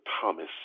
Thomas